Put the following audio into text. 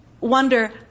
wonder